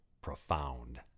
profound